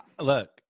Look